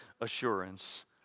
assurance